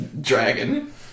dragon